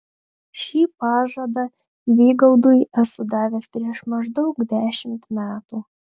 šį pažadą vygaudui esu davęs prieš maždaug dešimt metų